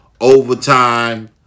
Overtime